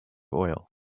oil